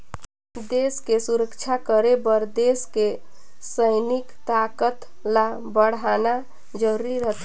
देस के सुरक्छा करे बर देस के सइनिक ताकत ल बड़हाना जरूरी रथें